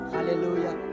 Hallelujah